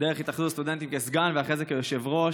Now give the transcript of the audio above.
דרך התאחדות הסטודנטים כסגן ואחרי זה כיושב-ראש.